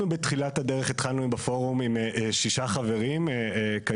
לאון פלאס ורזפול, מר אבישי זהבי.